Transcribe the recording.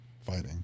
fighting